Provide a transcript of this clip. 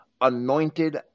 anointed